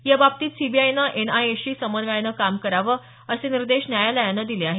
या बाबतीत सीबीआयनं एनआयएशी समन्वयानं काम करावं असे निर्देश न्यायालयानं दिले आहेत